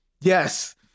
Yes